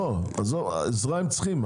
לא, עזוב, עזרה הם צריכים.